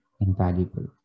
invaluable